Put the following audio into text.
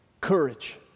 COURAGE